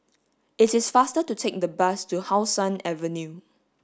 it is faster to take the bus to How Sun Avenue